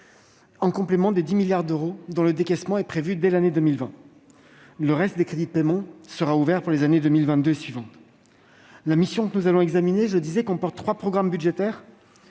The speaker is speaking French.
en complément des 10 milliards d'euros dont le décaissement est prévu dès l'année 2020. Le reste des crédits de paiement sera ouvert pour les années 2022 et suivantes. La mission comporte trois programmes budgétaires